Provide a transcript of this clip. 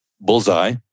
bullseye